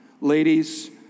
Ladies